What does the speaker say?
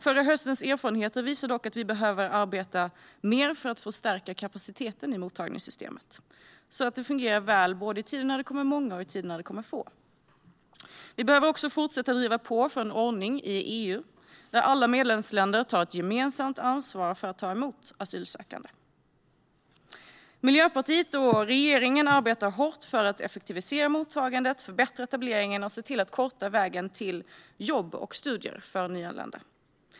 Förra höstens erfarenheter visar dock att vi behöver arbeta mer för att förstärka kapaciteten i mottagningssystemet, så att det fungerar väl både i tider när det kommer många och i tider när det kommer få. Vi behöver också fortsätta att driva på för en ordning i EU där alla medlemsländer tar gemensamt ansvar för att ta emot asylsökande. Miljöpartiet och regeringen arbetar hårt för att effektivisera mottagandet, förbättra etableringen och se till att korta vägen till jobb och studier för nyanlända.